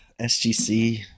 SGC